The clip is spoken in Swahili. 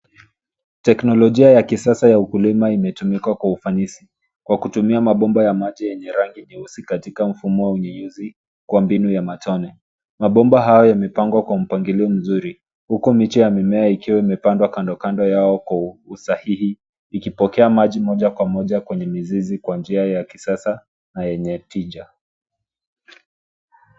Teknolojia ya kisasa ya ukulima imetumikwa kwa ufanisi kwa kutumia mabomba ya maji yenye rangi nyeusi katika mfumo wa unyunyizi kwa mbinu ya matone. Mabomba hayo yamepangwa kwa mpangilio mzuri, huku miche ya mimea ikiwa imepandwa kando kando yao kwa usahihi, ikipokea maji moja kwa moja kwenye mizizi kwa njia ya kisasa na yenye tija.